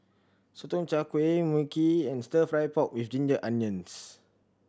Sotong Char Kway Mui Kee and Stir Fry pork with ginger onions